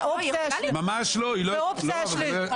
היא יכולה להתפטר מכנסת.